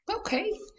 Okay